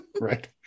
Right